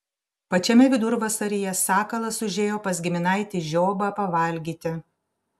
pačiame vidurvasaryje sakalas užėjo pas giminaitį žiobą pavalgyti